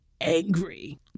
angry